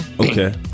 okay